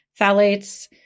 phthalates